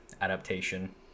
adaptation